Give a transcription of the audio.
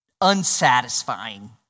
unsatisfying